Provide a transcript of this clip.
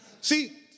See